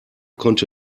konnte